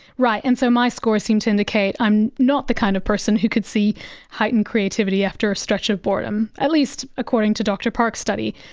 and so my score seems to indicate i'm not the kind of person who could see heightened creativity after a stretch of boredom at least according to dr park's study.